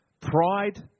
pride